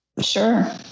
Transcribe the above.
Sure